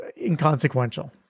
inconsequential